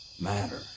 matter